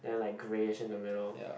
and like greyish in the middle